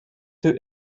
two